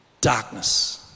darkness